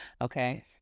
Okay